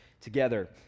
together